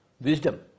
wisdom